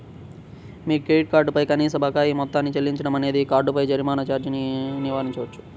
మీ credit card పై కనీస బకాయి మొత్తాన్ని చెల్లించడం అనేది కార్డుపై జరిమానా ఛార్జీని నివారించవచ్చు